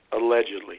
allegedly